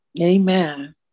Amen